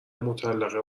مطلقه